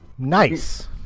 Nice